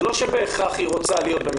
זה לא שבהכרח אישה רוצה להיות במשרה